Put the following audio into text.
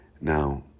Now